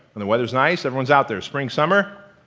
and the weather's nice? everyone's out there. spring summer,